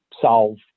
solve